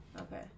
Okay